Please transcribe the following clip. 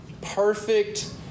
perfect